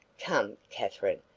come, katherine,